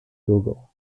google